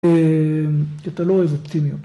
‫שאתה לא אוהב אופטימיות.